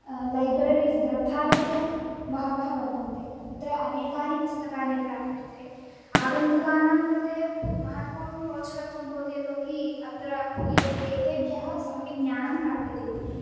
libraries ग्रन्थालयः तु बहवः वर्तन्ते तत्र अनेकानि पुस्तकानि प्राप्यन्ते आगन्तुकानां कृते महत्वपूर्णं रोचकत्वं भवति यतोहि अत्र एत एतेभ्यः सम्यक् ज्ञानं प्राप्यते इति कृत्वा